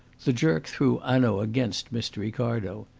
the jerk threw hanaud against mr. ricardo.